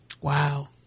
Wow